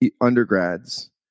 undergrads